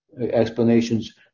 explanations